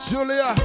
Julia